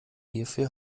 hierfür